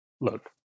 look